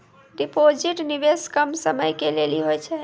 Deposit निवेश कम समय के लेली होय छै?